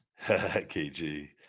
KG